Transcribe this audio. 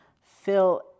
fill